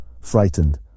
Frightened